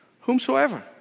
whomsoever